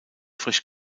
frisch